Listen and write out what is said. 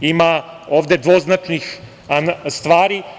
Ima ovde dvoznačnih stvari.